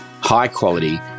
high-quality